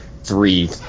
three